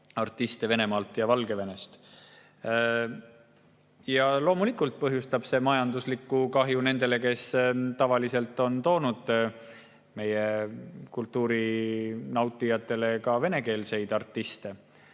artiste Venemaalt ja Valgevenest. Loomulikult põhjustab see majanduslikku kahju nendele, kes tavaliselt on toonud meie kultuurinautijatele ka venekeelseid artiste,